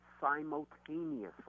simultaneously